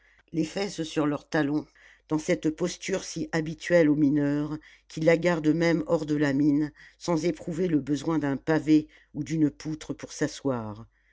les fesses sur leurs talons dans cette posture si habituelle aux mineurs qu'ils la gardent même hors de la mine sans éprouver le besoin d'un pavé ou d'une poutre pour s'asseoir